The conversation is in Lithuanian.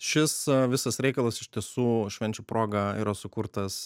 šis visas reikalas iš tiesų švenčių proga yra sukurtas